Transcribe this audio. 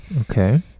okay